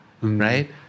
Right